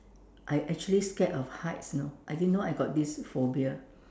I actually scared of heights you know I didn't know I got this phobia